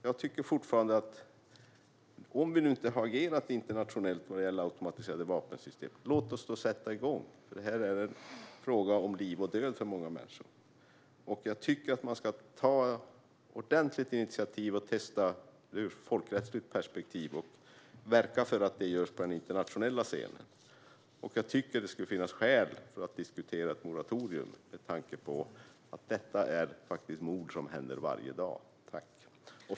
Jag tycker fortfarande att om vi nu inte har agerat internationellt när det gäller automatiserade vapensystem, låt oss då sätta igång! Det här är en fråga om liv och död för många människor. Jag tycker att man ska ta ordentligt initiativ och testa det ur ett folkrättsligt perspektiv och verka för att det görs på den internationella scenen, och jag tycker också att det skulle finnas skäl att diskutera ett moratorium med tanke på att detta faktiskt är mord som sker varje dag.